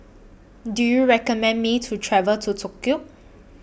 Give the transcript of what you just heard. Do YOU recommend Me to travel to Tokyo